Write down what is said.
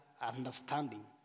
understanding